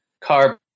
car